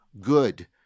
good